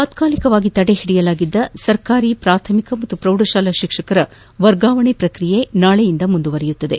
ತಾತ್ಕಾಲಿಕವಾಗಿ ತಡೆಹಿಡಿಯಲಾಗಿದ್ದ ಸರ್ಕಾರಿ ಪ್ರಾಥಮಿಕ ಮತ್ತು ಪ್ರೌಢ ಶಾಲಾ ಶಿಕ್ಷಕರ ವರ್ಗಾವಣೆ ಪ್ರಕ್ರಿಯೆ ನಾಳೆಯಿಂದ ಮುಂದುವರಿಯಲಿದೆ